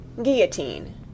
Guillotine